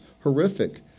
horrific